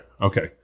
Okay